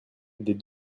des